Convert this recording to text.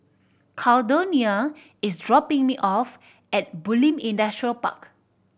Caldonia is dropping me off at Bulim Industrial Park